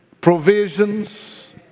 provisions